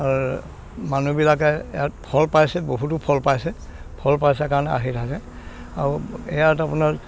আৰু মানুহবিলাকে ইয়াত ফল পাইছে বহুতো ফল পাইছে ফল পাইছে কাৰণে আহি থাকে আৰু ইয়াত আপোনাৰ